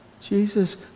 Jesus